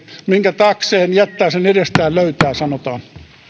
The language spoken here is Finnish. minkä taakseen jättää sen edestään löytää sanotaan